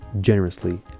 generously